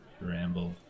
ramble